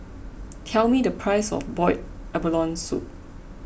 tell me the price of Boiled Abalone Soup